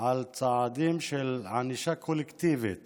על צעדים של ענישה קולקטיבית